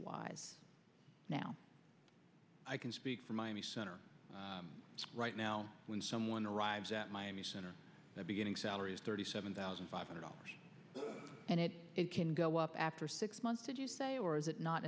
wise now i can speak for miami center right now when someone arrives at miami center the beginning salary is thirty seven thousand five hundred dollars and it it can go up after six months did you say or is it not